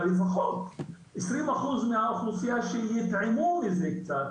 אבל לפחות 20% מהאוכלוסייה שיטעמו מזה קצת.